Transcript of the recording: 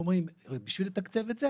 אומרים 'בשביל לתקצב את זה,